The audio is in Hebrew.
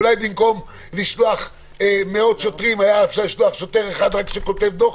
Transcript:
אולי במקום לשלוח מאות שוטרים היה אפשר לשלוח שוטר אחד שרק כותב דוח,